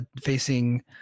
facing